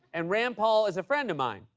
and rand paul is a friend of mine.